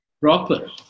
proper